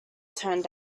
turned